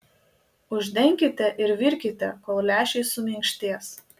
uždenkite ir virkite kol lęšiai suminkštės